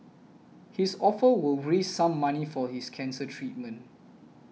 his offer will raise some money for his cancer treatment